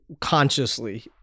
consciously